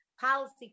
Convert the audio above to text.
policy